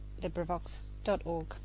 LibriVox.org